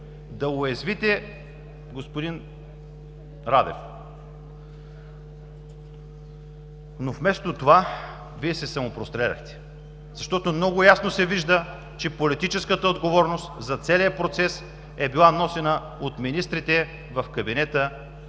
да уязвите господин Радев, но вместо това, Вие се самопростреляхте, защото много ясно се вижда, че политическата отговорност за целия процес е била носена от министрите в кабинета